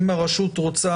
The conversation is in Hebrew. אם צריך,